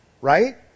Right